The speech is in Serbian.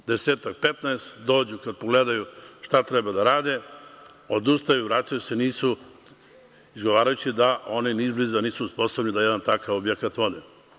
Prijave se 10-15, dođu da pogledaju šta treba da rade, odustaju, vraćaju se, nisu odgovarajući da oni ni izbliza nisu sposobni da jedan takav objekat vode.